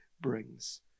brings